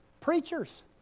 preachers